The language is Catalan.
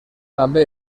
també